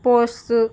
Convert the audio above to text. posts